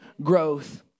growth